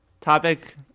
Topic